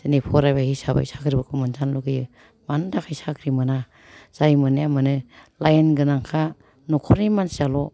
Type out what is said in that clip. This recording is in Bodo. दिनै फरायबाय हिसाबै साख्रिफोरखौ मोनजानो लुबैयो मानि थाखाय साख्रि मोना जाय मोननाया मोनो लाइन गोनांखा न'खरनि मानसियाल'